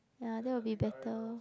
ya that will be better